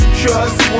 trust